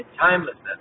timelessness